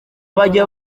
bajya